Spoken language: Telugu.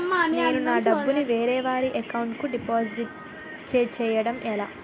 నేను నా డబ్బు ని వేరే వారి అకౌంట్ కు డిపాజిట్చే యడం ఎలా?